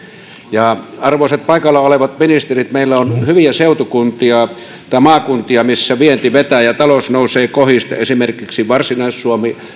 ja arvoisat paikalla olevat ministerit meillä on hyviä seutukuntia ja maakuntia missä vienti vetää ja ja talous nousee kohisten esimerkiksi varsinais suomi